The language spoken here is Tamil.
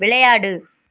விளையாடு